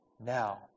now